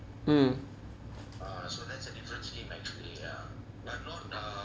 mm